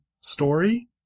story